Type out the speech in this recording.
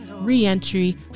re-entry